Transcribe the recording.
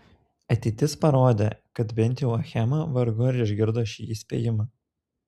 ateitis parodė kad bent jau achema vargu ar išgirdo šį įspėjimą